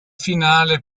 finale